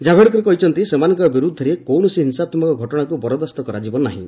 ଜାବଡେକର କହିଛନ୍ତି ସେମାନଙ୍କ ବିରୁଦ୍ଧରେ କୌଣସି ହିଂସାତ୍ମକ ଘଟଣାକୁ ବରଦାସ୍ତ କରାଯିବ ନାହିଁ